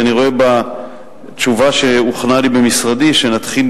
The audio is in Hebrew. כי אני רואה בתשובה שהוכנה לי במשרדי שנתחיל